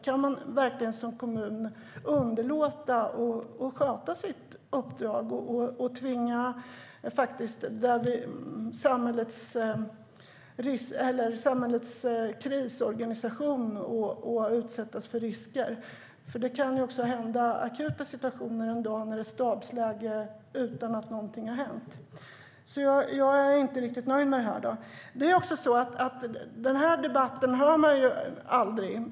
Kan man verkligen som kommun underlåta att sköta sitt uppdrag och faktiskt tvinga samhällets krisorganisation att utsättas för risker? Det kan ju också inträffa akuta situationer en dag när det är stabsläge utan att något har hänt. Jag är inte riktigt nöjd med detta. Den här debatten hör man aldrig.